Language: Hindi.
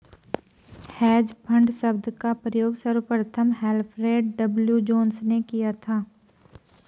हेज फंड शब्द का प्रयोग सर्वप्रथम अल्फ्रेड डब्ल्यू जोंस ने किया था